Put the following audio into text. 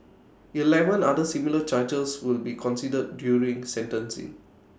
Eleven other similar charges will be considered during sentencing